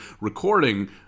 recording